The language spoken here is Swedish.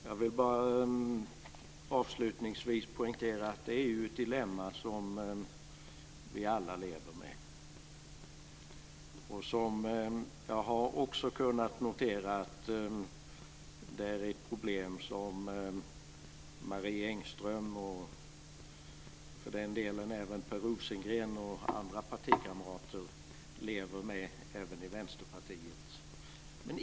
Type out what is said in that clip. Jag vill bara poängtera att det ju är ett dilemma som vi alla lever med. Jag har också kunnat notera att det är ett problem som Marie Engström, och för den delen även Per Rosengren och andra partikamrater, lever med även i Vänsterpartiet.